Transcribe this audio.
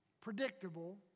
Predictable